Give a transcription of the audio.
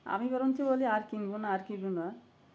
আমি বরঞ্চ বলি আর কিনব না আর কিনব না